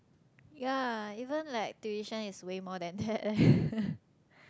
ya even like tuition is way more than that eh